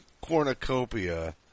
cornucopia